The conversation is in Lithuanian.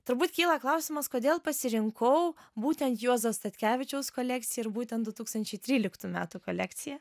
turbūt kyla klausimas kodėl pasirinkau būtent juozo statkevičiaus kolekciją ir būtent du tūkstančiai tryliktų metų kolekciją